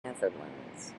netherlands